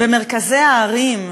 במרכזי הערים,